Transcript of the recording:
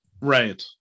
Right